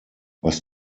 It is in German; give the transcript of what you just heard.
was